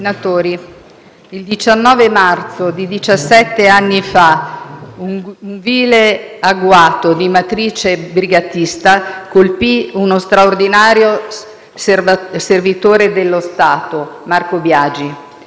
il 19 marzo di diciassette anni fa un vile agguato di matrice brigatista colpì uno straordinario servitore dello Stato: Marco Biagi.